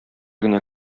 генә